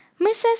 Mrs